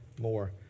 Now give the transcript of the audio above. more